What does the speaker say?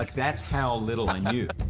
like that's how little i knew.